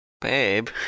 Babe